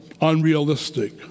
unrealistic